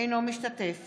אינו משתתף